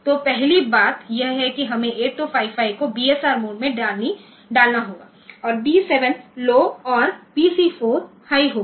तो पहली बात यह है कि हमें 8255को बीएसआर मोड में डालना होगा और डी 7 लौ और पीसी 4 हाई होगा